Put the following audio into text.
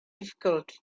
difficult